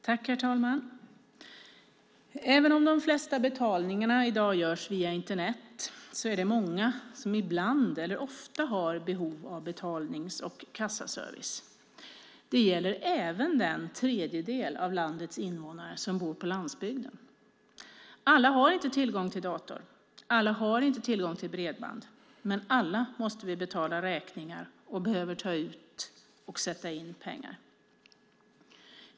Herr talman! Även om de flesta betalningar i dag görs via Internet är det många som ibland eller ofta har behov av betalnings och kassaservice. Det gäller även den tredjedel av landets invånare som bor på landsbygden. Alla har inte tillgång till dator. Alla har inte tillgång till bredband. Men alla måste vi betala räkningar, och vi behöver ta ut och sätta in pengar.